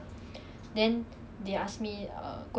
I mean is more worth it because you unlimited mah